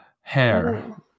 hair